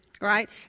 right